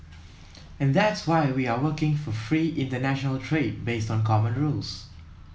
and that's why we are working for free international trade based on common rules